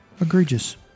Egregious